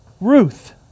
Ruth